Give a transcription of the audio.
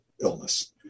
illness